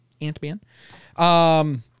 Ant-Man